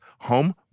home